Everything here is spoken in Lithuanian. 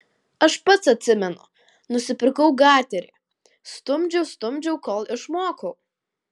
aš pats atsimenu nusipirkau gaterį stumdžiau stumdžiau kol išmokau